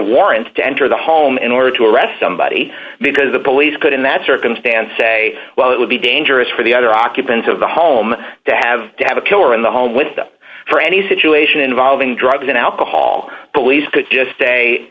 warrant to enter the home in order to arrest somebody because the police could in that circumstance say well it would be dangerous for the other occupants of the home to have to have a killer in the home with them for any situation involving drugs and alcohol police could just say